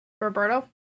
Roberto